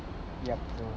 yup so